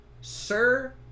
Sir